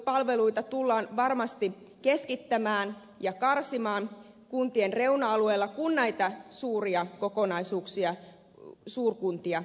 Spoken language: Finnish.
kuntapalveluita tullaan varmasti keskittämään ja karsimaan kuntien reuna alueilla kun näitä suuria kokonaisuuksia suurkuntia tehdään